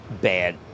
bad